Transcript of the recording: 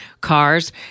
cars